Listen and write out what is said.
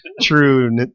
true